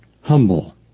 Humble